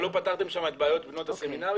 אבל לא פתרתם שם את בעיות בנות הסמינרים